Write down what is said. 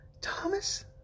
Thomas